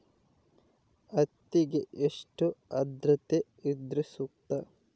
ಹತ್ತಿಗೆ ಎಷ್ಟು ಆದ್ರತೆ ಇದ್ರೆ ಸೂಕ್ತ?